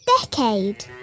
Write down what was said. decade